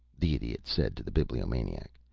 the idiot said to the bibliomaniac,